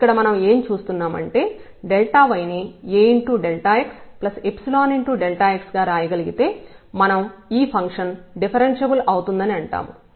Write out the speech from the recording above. ఇక్కడ మనం ఏం చూస్తున్నామంటే y ని Axϵx గా రాయగలిగితే మనం ఈ ఫంక్షన్ డిఫరెన్ష్యబుల్ అవుతుందని అంటాము